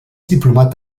diplomat